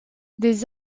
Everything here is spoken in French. des